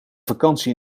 vakantie